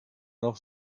noch